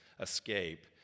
escape